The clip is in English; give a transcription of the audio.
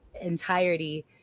entirety